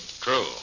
True